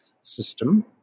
system